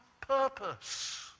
purpose